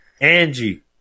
Angie